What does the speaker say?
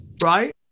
right